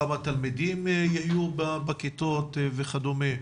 כמה תלמידים יהיו בכיתות וכדומה?